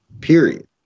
period